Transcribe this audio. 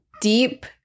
deep